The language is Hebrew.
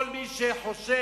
כל מי שחושב